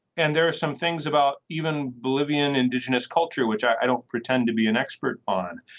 and there are some things about even bolivian indigenous culture which i don't pretend to be an expert on.